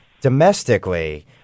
Domestically